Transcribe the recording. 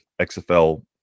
XFL